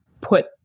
put